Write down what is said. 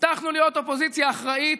הבטחנו להיות אופוזיציה אחראית,